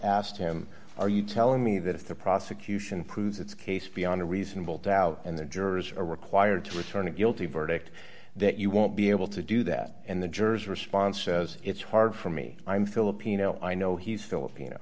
asked him are you telling me that if the prosecution proved its case beyond a reasonable doubt in the jurors are required to return a guilty verdict that you won't be able to do that and the jurors response as it's hard for me i'm filipino i know he's filipino